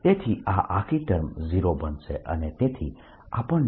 તેથી આ આખી ટર્મ 0 બનશે અને તેથી આપણને